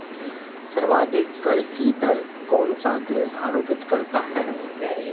सर्वाधिक कर की दर कौन सा देश आरोपित करता है?